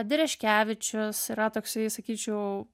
dereškevičius yra toksai sakyčiau